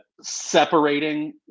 separating